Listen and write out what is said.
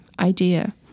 Idea